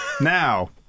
Now